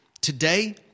today